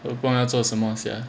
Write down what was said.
都不懂要做什么 sia